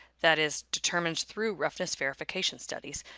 that is, determined through roughness verification studies,